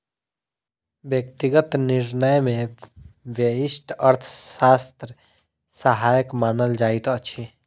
व्यक्तिगत निर्णय मे व्यष्टि अर्थशास्त्र सहायक मानल जाइत अछि